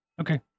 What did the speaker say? Okay